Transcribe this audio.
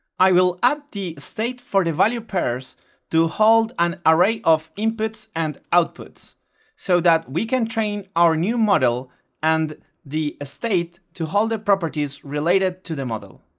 i will add the state for the value pairs to hold an array of inputs and outputs so that we can train our new model and the state to hold the properties related to the model.